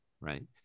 right